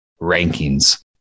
rankings